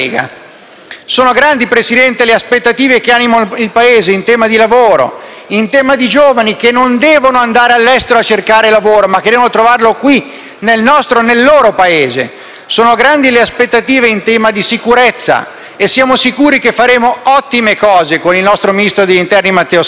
Sono grandi, signor Presidente, le aspettative che animano il Paese in tema di lavoro, in tema di giovani, che non devono andare all'estero a cercare lavoro, ma che devono trovarlo qui, nel nostro e nel loro Paese. Sono grandi le aspettative in tema di sicurezza e siamo sicuri che faremo ottime cose con il nostro ministro dell'interno Matteo Salvini.